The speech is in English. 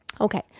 Okay